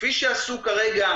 כפי שעשו בניו יורק.